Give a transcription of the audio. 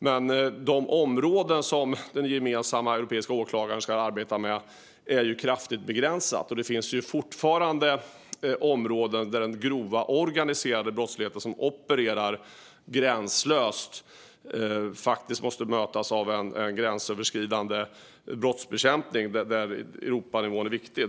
Men de områden som den gemensamma europeiska åklagaren ska arbeta med är kraftigt begränsade. Det finns fortfarande områden där den grova organiserade brottsligheten, som opererar gränslöst, måste mötas av en gränsöverskridande brottsbekämpning. Där är Europanivån viktig.